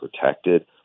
protected